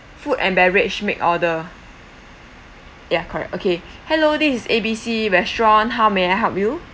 food and beverage make order ya correct okay hello this is A B C restaurant how may I help you